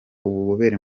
ububobere